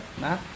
Nah